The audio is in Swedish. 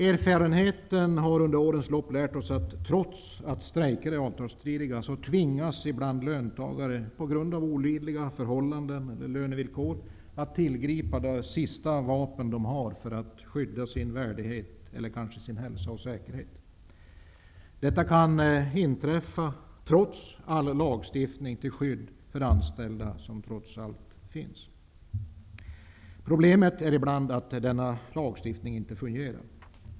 Erfarenheten har under årens lopp lärt oss att trots att strejker är avtalsstridiga tvingas löntagare ibland, på grund av olidliga förhållanden eller lönevillkor, att tillgripa det sista vapen de har för att skydda sin värdighet eller kanske sin hälsa och säkerhet. Detta kan inträffa trots all lagstiftning som finns till skydd för anställda. Problemet är ibland att denna lagstiftning inte fungerar.